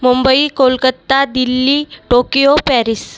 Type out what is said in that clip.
Mumbai Kolkata Delhi Tokyo Paris